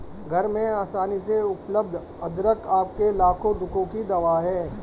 घर में आसानी से उपलब्ध अदरक आपके लाखों दुखों की दवा है